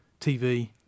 TV